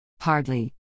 Hardly